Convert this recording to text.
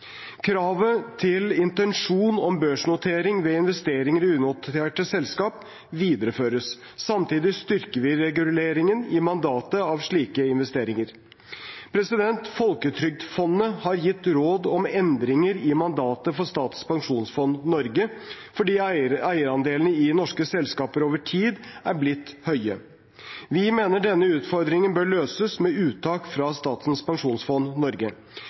Kravet til intensjon om børsnotering ved investeringer i unoterte selskaper videreføres. Samtidig styrker vi reguleringen i mandatet av slike investeringer. Folketrygdfondet har gitt råd om endringer i mandatet for Statens pensjonsfond Norge fordi eierandelene i norske selskaper over tid er blitt store. Vi mener denne utfordringen bør løses med uttak fra Statens pensjonsfond Norge.